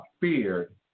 feared